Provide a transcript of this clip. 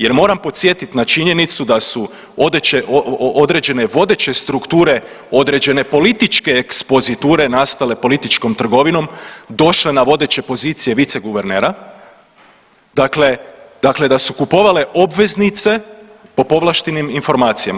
Jer moram podsjetit na činjenicu da su određene vodeće strukture, određene političke ekspoziture nastale političkom trgovinom došle na vodeće pozicije viceguvernera, dakle da su kupovale obveznice po povlaštenim informacijama.